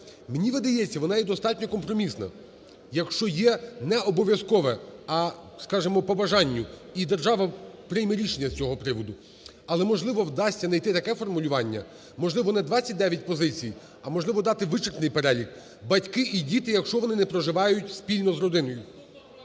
Мені видається, вона є достатньо компромісна. Якщо є не обов'язкове, а скажемо, по бажанню, і держава прийме рішення з цього приводу, але, можливо, вдасться найти таке формулювання, можливо, не 29 позицій, а можливо, дати вичерпний перелік: "Батьки і діти, якщо вони не проживають спільно з родиною".